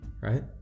right